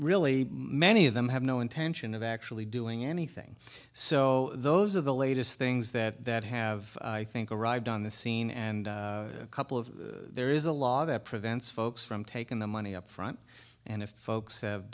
really many of them have no intention of actually doing anything so those are the latest things that have i think arrived on the scene and a couple of there is a law that prevents folks from taking the money up front and if folks have